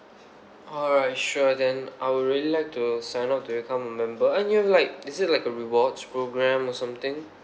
alright sure then I will really like to sign up to become a member and you have like is it like a rewards programme or something